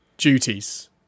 duties